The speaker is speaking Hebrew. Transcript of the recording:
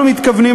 אנחנו מתכוונים,